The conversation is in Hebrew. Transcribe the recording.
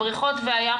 הבריכות והים,